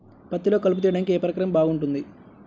పత్తిలో కలుపు తీయడానికి ఏ పరికరం బాగుంటుంది?